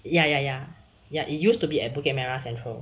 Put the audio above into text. ya ya ya ya it used to be at bukit merah central